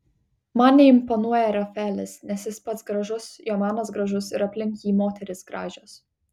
man neimponuoja rafaelis nes jis pats gražus jo menas gražus ir aplink jį moterys gražios